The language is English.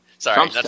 Sorry